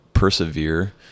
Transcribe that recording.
persevere